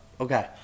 Okay